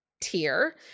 tier